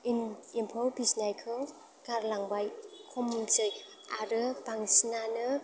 एम्फौ फिसिनायखौ गारलांबाय खमसै आरो बांसिनानो